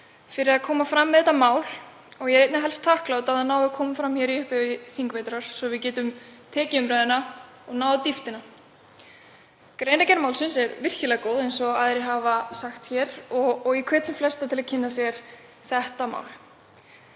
fyrir að koma fram með þetta mál. Ég er einnig þakklát fyrir að það nái að koma fram í upphafi þingvetrar svo við getum tekið umræðuna og farið á dýptina. Greinargerð málsins er virkilega góð, eins og aðrir hafa sagt hér, og ég hvet sem flesta til að kynna sér þetta mál.